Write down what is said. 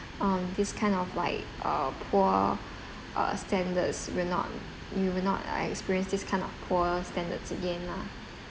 um this kind of like uh poor uh standards will not you will not like experience this kind of poor standards again lah